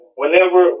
whenever